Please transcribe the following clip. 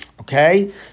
Okay